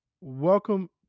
welcome